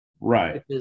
Right